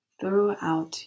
throughout